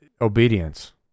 obedience